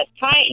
hi